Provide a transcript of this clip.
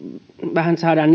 vähän saadaan